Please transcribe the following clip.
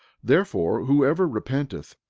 therefore, whosoever repenteth,